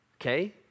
okay